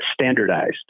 standardized